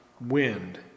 wind